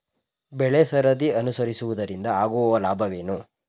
ಬೆಳೆಸರದಿ ಅನುಸರಿಸುವುದರಿಂದ ಆಗುವ ಲಾಭವೇನು?